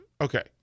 okay